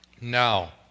Now